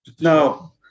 No